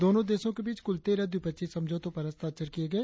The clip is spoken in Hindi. दोनों देशों के बीच कुल तेरह द्विपक्षीय समझौतों पर हस्ताक्षर किए गए